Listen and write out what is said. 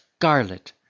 scarlet